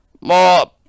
more